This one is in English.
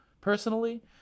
personally